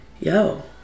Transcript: yo